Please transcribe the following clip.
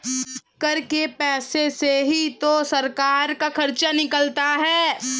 कर के पैसे से ही तो सरकार का खर्चा निकलता है